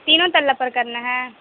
تینوں ترلا پر کرنا ہے